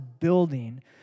building